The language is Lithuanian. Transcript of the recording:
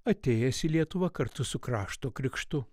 atėjęs į lietuvą kartu su krašto krikštu